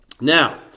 Now